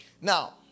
Now